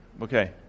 okay